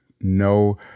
no